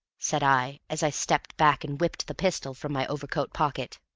said i, as i stepped back and whipped the pistol from my overcoat pocket.